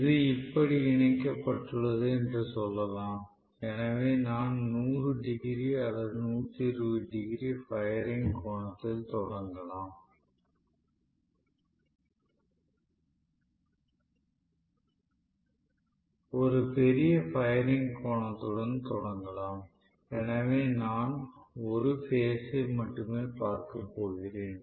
இது இப்படி இணைக்கப்பட்டுள்ளது என்று சொல்லலாம் எனவே நான் 100 டிகிரி அல்லது 120 டிகிரி பயரிங் கோணத்தில் தொடங்கலாம் ஒரு பெரிய பயரிங் கோணத்துடன் தொடங்கலாம் எனவே நான் ஒரு பேஸ் ஐ மட்டுமே பார்க்க போகிறேன்